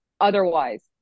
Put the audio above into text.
otherwise